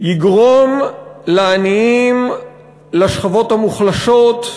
שהממשלה מביאה יגרום לעניים, לשכבות המוחלשות,